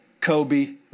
Kobe